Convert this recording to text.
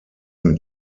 mit